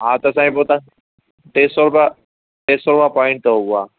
हा त साईं पोइ तव्हां टे सौ रुपिया टे सौ रुपिया पॉइंट अथव हुआ